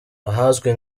ahazwi